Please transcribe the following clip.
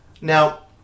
Now